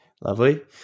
lovely